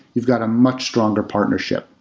you've got a much stronger partnership.